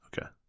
Okay